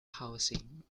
housing